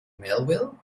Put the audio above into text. melville